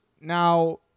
Now